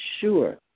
sure